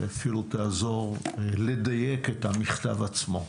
ואפילו תעזור לדייק את המכתב עצמו.